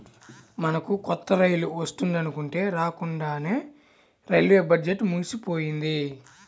మనకు కొత్త రైలు వస్తుందనుకుంటే రాకండానే రైల్వే బడ్జెట్టు ముగిసిపోయింది